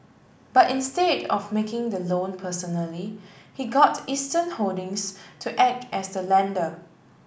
but instead of making the loan personally he got Eastern Holdings to act as the lender